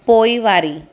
पोइवारी